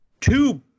two